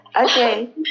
Okay